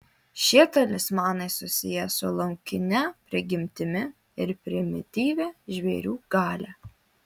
šie talismanai susiję su laukine prigimtimi ir primityvia žvėrių galia